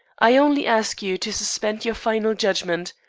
i only ask you to suspend your final judgment.